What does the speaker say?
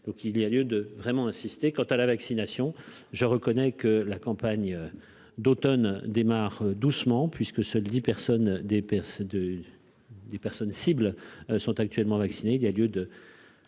donc il y a lieu de vraiment insister quant à la vaccination, je reconnais que la campagne d'Automne démarre doucement, puisque seuls 10 personnes des pièces de des personnes cibles sont actuellement vaccinés, il y a lieu de